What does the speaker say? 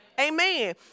Amen